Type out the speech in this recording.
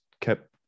kept